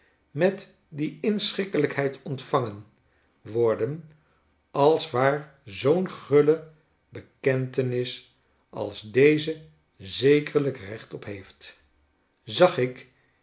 met die inschikkelykheid ontvangen worden als waar zoo'n guile bekentenis als deze zekerlijk recht op heeft zag ik